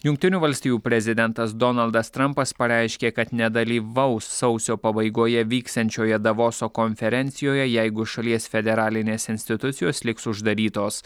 jungtinių valstijų prezidentas donaldas trampas pareiškė kad nedalyvaus sausio pabaigoje vyksiančioje davoso konferencijoje jeigu šalies federalinės institucijos liks uždarytos